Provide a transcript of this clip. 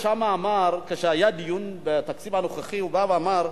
כשהיה דיון בתקציב הנוכחי, כרמל שאמה בא ואמר: